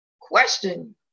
Question